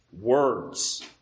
words